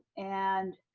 and